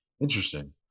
Interesting